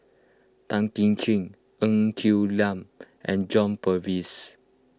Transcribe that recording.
Tan Kim Ching Ng Quee Lam and John Purvis